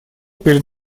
перед